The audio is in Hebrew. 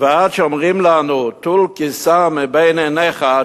שאומרים לנו: טול קיסם מבין עיניך,